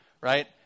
Right